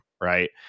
Right